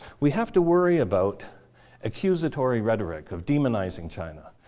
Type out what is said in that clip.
we have to worry about accusatory rhetoric of demonizing china.